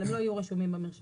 אבל הם לא יהיו רשומים במרשם.